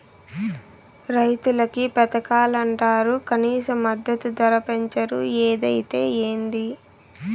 రైతులకి పథకాలంటరు కనీస మద్దతు ధర పెంచరు ఏదైతే ఏంది